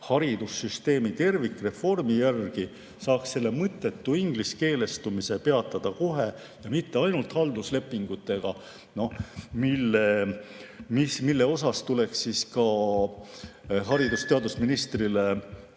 haridussüsteemi tervikreformi järele saaks selle mõttetu ingliskeelestumise peatada kohe ja mitte ainult halduslepingutega, mille puhul tuleks ka haridus‑ ja teadusministrile